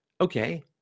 okay